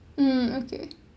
mm okay